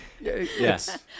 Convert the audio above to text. yes